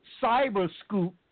CyberScoop